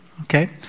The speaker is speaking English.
okay